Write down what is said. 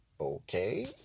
okay